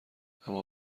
اما